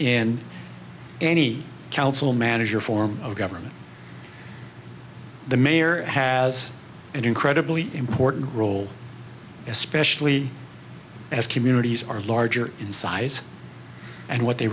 and any council manager form of government the mayor has an incredibly important role especially as communities are larger in size and what they